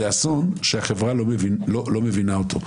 זה אסון שהחברה לא מבין לא מבינה אותו.